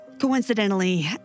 Coincidentally